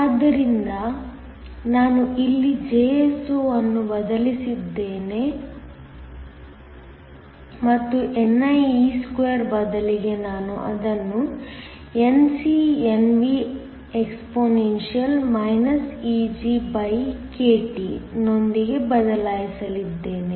ಆದ್ದರಿಂದ ನಾನು ಇಲ್ಲಿ Jso ಅನ್ನು ಬದಲಿಸಲಿದ್ದೇನೆ ಮತ್ತು nie2 ಬದಲಿಗೆ ನಾನು ಅದನ್ನು NcNvexp⁡ EgkT ನೊಂದಿಗೆ ಬದಲಾಯಿಸಲಿದ್ದೇನೆ